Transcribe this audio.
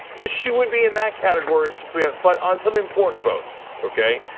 but she would be in that category, so but but on some important votes, okay?